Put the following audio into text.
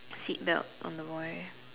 seatbelt on the boy